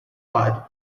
mud